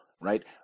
right